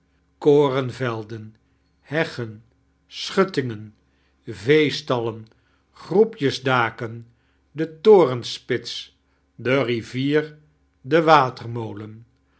korenvelden heggen schuttingem veestallen groepjes daken de toremspits die rivier de